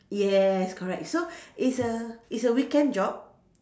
yes correct so it's a it's a weekend job